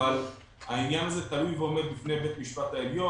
אבל העניין הזה תלוי ועומד בפני בית-משפט העליון,